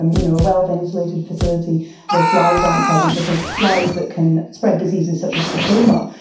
um you know, a well ventilated facility where flies aren't present because flies that can spread diseases such as trachoma,